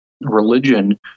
religion